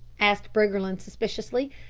asked briggerland suspiciously.